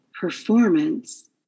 performance